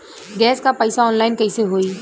Gas क पैसा online कइसे होई?